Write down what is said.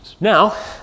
Now